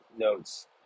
notes